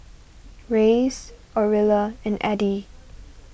Reyes Aurilla and Addie